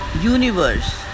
universe